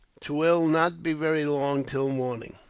twill not be very long till morning.